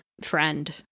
friend